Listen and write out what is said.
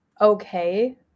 okay